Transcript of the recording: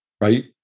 right